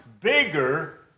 bigger